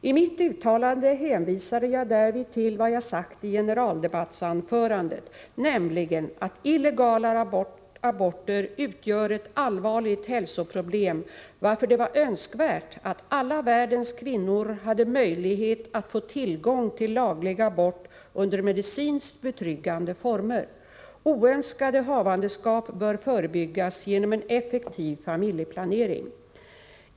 I mitt uttalande hänvisade jag därvid till vad jag sagt i generaldebattsanförandet, nämligen att illegala aborter utgör ett allvarligt hälsoproblem, varför det var önskvärt att alla världens kvinnor hade möjlighet att få tillgång till laglig abort under medicinskt betryggande former. Oönskade havandeskap bör förebyggas genom en effektiv familjeplanering.